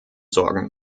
sorgen